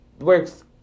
works